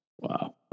Wow